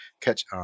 catch